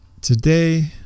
today